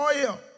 oil